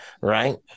right